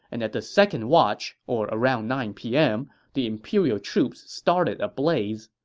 and at the second watch or around nine p m. the imperial troops started a blaze.